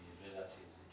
relatives